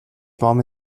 warme